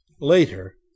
Later